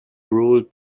ruled